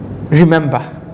remember